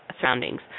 surroundings